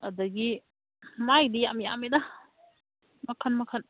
ꯑꯗꯒꯤ ꯃꯥꯒꯤꯗꯤ ꯌꯥꯝ ꯌꯥꯝꯃꯦꯗ ꯃꯈꯟ ꯃꯈꯟ